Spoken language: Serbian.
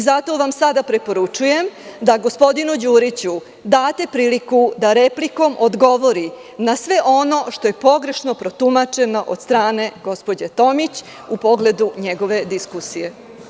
Zato vam sada preporučujem da gospodinu Đuriću date priliku da replikom odgovori na sve ono što je pogrešno protumačeno od strane gospođe Tomić u pogledu njegove diskusije.